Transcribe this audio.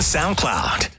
SoundCloud